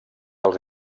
els